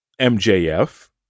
MJF